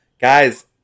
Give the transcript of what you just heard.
guys